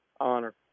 honor